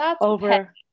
over